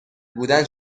بودن